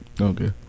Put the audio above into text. Okay